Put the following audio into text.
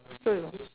so you